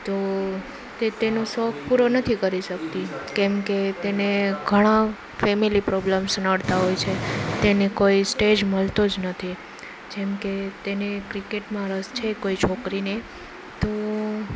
તો તે તેનો શોખ પૂરો નથી કરી શકતી કેમકે તેને ઘણા ફેમેલી પ્રોબ્લમ્સ નડતાં હોય છે તેને કોઈ સ્ટેજ મળતો જ નથી જેમકે તેને ક્રિકેટમાં રસ છે કોઈ છોકરીને તો